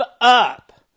up